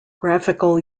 graphical